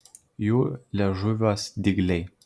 jų liežuviuos dygliai